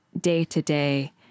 day-to-day